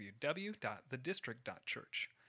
www.thedistrict.church